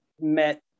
met